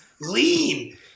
lean